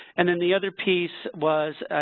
and then, the other piece was,